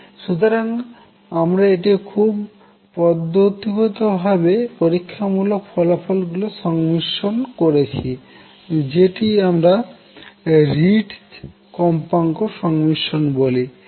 সুতরাং আমরা এটি খুব পদ্ধতি গত ভাবে পরীক্ষামূলক ফলাফল গুলি সংমিশ্রন করেছি যেটি আমরা রিটজ কম্পাঙ্কের সংমিশ্রন বলি